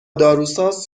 داروساز